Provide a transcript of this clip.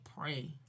pray